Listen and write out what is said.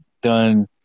done